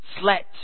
slept